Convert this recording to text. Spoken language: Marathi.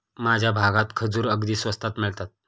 माझ्या भागात खजूर अगदी स्वस्तात मिळतात